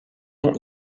nom